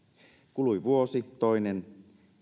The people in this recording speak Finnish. kului vuosi toinen